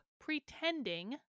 pretending